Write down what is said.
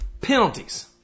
penalties